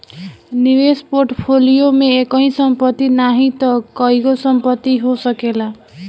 निवेश पोर्टफोलियो में एकही संपत्ति नाही तअ कईगो संपत्ति हो सकेला